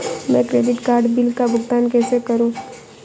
मैं credit card bill का भुगतान कैसे करूं?